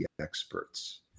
experts